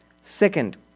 Second